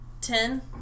Ten